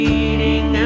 Reading